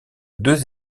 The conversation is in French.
deux